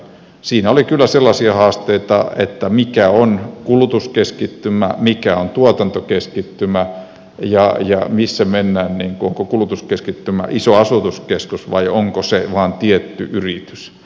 siinä oli kyllä sellaisia haasteita että mikä on kulutuskeskittymä mikä on tuotantokeskittymä ja missä mennään onko kulutuskeskittymä iso asutuskeskus vai onko se vain tietty yritys